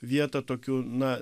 vietą tokių na